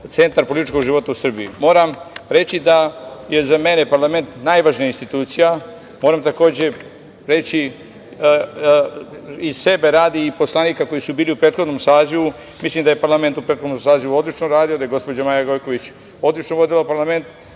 centar političkog života u Srbiji. Moram reći da je za mene parlament najvažnija institucija. Moram takođe reći, i sebe radi i poslanika koji su bili u prethodnom sazivu, mislim da je parlament u prethodnom sazivu odlično radio, da je gospođa Maja Gojković odlično vodila parlament,